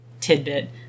tidbit